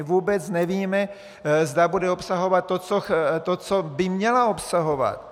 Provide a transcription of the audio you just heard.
Vůbec nevíme, zda bude obsahovat to, co by měla obsahovat.